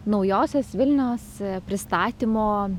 naujosios vilnios pristatymo